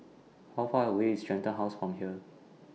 How Far away IS Shenton House from here